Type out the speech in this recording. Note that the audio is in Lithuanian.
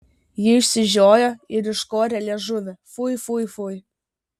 ji išsižiojo ir iškorė liežuvį fui fui fui